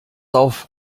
auf